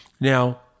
Now